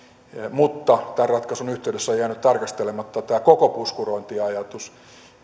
mutta tämän ratkaisun yhteydessä on jäänyt tarkastelematta tämä koko puskurointiajatus